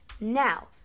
Now